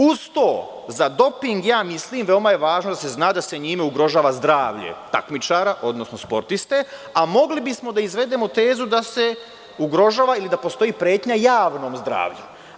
Uz to, za doping, ja mislim, veoma je važno da se zna da se njime ugrožava zdravlje takmičara, odnosno sportiste, a mogli bismo da izvedemo tezu da se ugrožava ili da postoji pretnja javnom zdravlju.